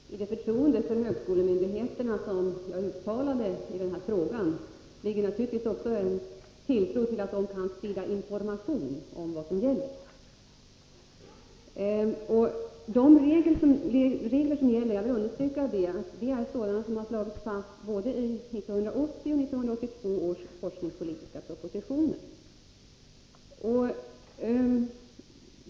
Herr talman! I det förtroende för högskolemyndigheterna som jag uttalade i mitt svar ingår naturligtvis också tilltro till att de kan sprida information om vad som gäller. Jag vill understryka att de regler som gäller slagits fast både i 1980 och i 1982 års forskningspolitiska propositioner.